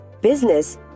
business